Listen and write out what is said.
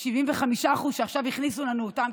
75% שעכשיו הכניסו לנו אותם,